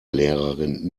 lehrerin